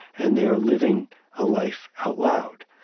and they are living a life out loud.